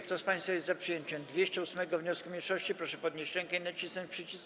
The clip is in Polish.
Kto z państwa jest za przyjęciem 208. wniosku mniejszości, proszę podnieść rękę i nacisnąć przycisk.